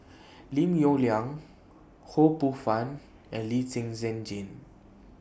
Lim Yong Liang Ho Poh Fun and Lee Zhen Zhen Jane